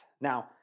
Now